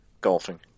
golfing